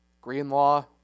Greenlaw